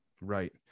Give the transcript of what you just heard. right